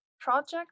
project